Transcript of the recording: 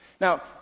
Now